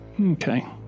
okay